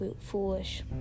foolish